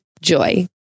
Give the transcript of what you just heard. JOY